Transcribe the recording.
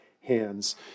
hands